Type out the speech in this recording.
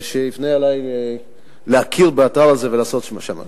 שיפנה אלי להכיר באתר הזה ולעשות שם משהו.